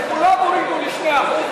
לכולם הורידו ל-2%,